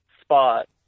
spot